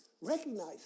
recognize